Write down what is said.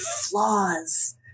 flaws